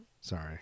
Sorry